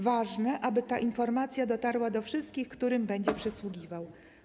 Ważne, aby ta informacja dotarła do wszystkich, którym będą przysługiwały.